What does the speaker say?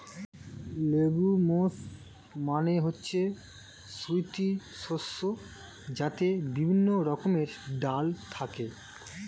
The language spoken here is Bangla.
লেগুমস মানে হচ্ছে গুটি শস্য যাতে বিভিন্ন রকমের ডাল থাকে